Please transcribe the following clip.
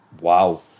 wow